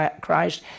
Christ